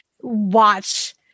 watch